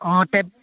অঁ টেপ